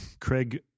Craig